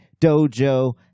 dojo